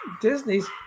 disney's